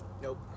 Nope